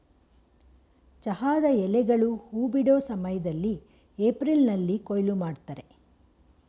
ಚಹಾದ ಎಲೆಗಳು ಹೂ ಬಿಡೋ ಸಮಯ್ದಲ್ಲಿ ಏಪ್ರಿಲ್ನಲ್ಲಿ ಕೊಯ್ಲು ಮಾಡ್ತರೆ